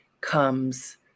comes